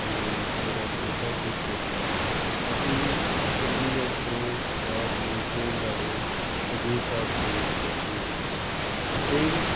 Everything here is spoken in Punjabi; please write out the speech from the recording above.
ਅਤੇ ਇੱਕ ਮੇਰਾ ਬੇਟਾ ਸੀ ਇੱਕ ਬੇਟੀ ਸੀ ਅਸੀਂ ਚੰਡੀਗੜ੍ਹ ਤੋਂ ਰਾਤ ਨੂੰ ਟ੍ਰੇਨ ਰਾਹੀਂ ਹਜ਼ੂਰ ਸਾਹਿਬ ਤੋਂ ਉੱਥੇ ਪਰਤੇ ਟ੍ਰੇਨ